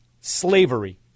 slavery